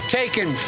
taken